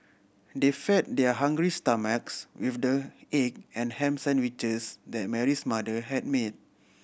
they fed their hungry stomachs with the egg and ham sandwiches that Mary's mother had made